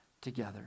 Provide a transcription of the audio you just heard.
together